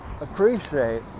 appreciate